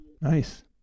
Nice